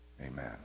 Amen